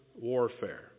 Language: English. warfare